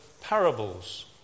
parables